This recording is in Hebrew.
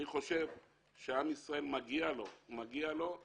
אני חושב שלעם ישראל מגיע ביטחון